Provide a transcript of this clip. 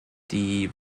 die